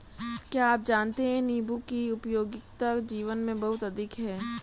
क्या आप जानते है नीबू की उपयोगिता जीवन में बहुत अधिक है